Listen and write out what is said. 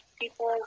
people